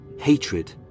hatred